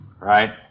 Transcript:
Right